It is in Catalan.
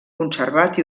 conservat